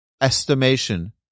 estimation